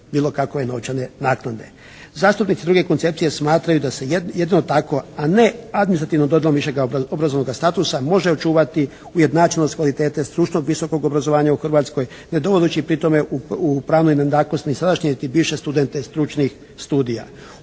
bilo kakve novčane naknade. Zastupnici druge koncepcije smatraju da se jedino tako, a ne administrativno …/Govornik se ne razumije./… višega obrazovnoga statusa može očuvati ujednačenost kvalitete stručnog visokog obrazovanja u Hrvatskoj ne dovodeći pri tome u pravnoj nejednakosti ni sadašnje niti bivše studente stručnih studija.